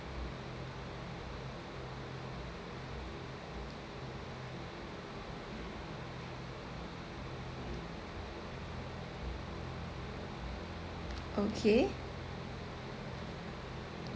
okay